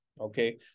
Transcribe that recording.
okay